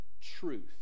truth